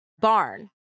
barn